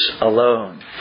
alone